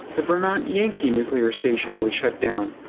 the vermont yankee nuclear station was shut down.